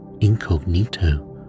incognito